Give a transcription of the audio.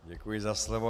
Děkuji za slovo.